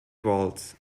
volts